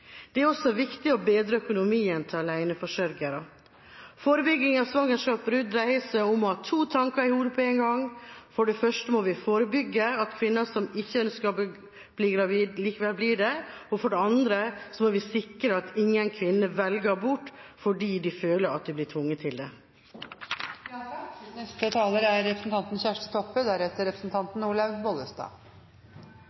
Det er også viktig å bedre økonomien til aleneforsørgere. Forebygging av svangerskapsavbrudd dreier seg om å ha to tanker i hodet på en gang. For det første må vi forebygge at kvinner som ikke ønsker å bli gravide, likevel blir det, og for det andre må vi sikre at ingen kvinner velger abort fordi de føler at de blir tvunget til det. Eg vil berre gi ei lita stemmeforklaring frå Senterpartiet. Det er